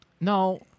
No